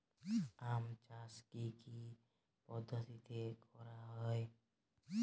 আম চাষ কি কি পদ্ধতিতে করা হয়?